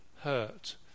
hurt